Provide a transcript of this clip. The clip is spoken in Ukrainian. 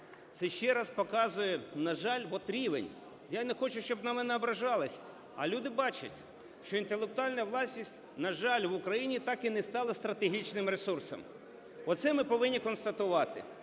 це ще раз показує, на жаль, от рівень. Я не хочу, щоб на мене ображалися. А люди бачать, що інтелектуальна власність, на жаль, в Україні так і не стала стратегічним ресурсом, оце и повинні констатувати.